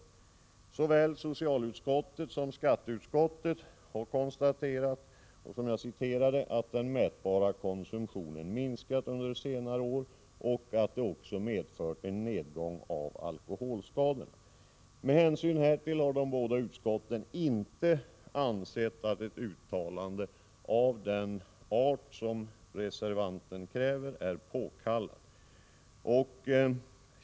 Såväl socialutskottet som skatteutskottet har konstaterat att den mätbara konsumtionen minskat under senare år och att det också medfört en nedgång i alkoholskadorna. Med hänsyn härtill har de båda utskotten inte ansett att ett uttalande av den art som reservanten kräver är påkallat.